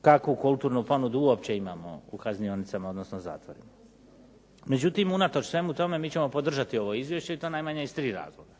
kakvu kulturnu ponudu uopće imamo u kaznionicama odnosno zatvorima. Međutim, unatoč svemu tome mi ćemo podržati ovo izvješće i to najmanje iz tri razloga.